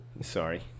Sorry